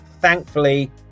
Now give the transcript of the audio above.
thankfully